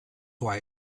why